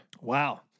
Wow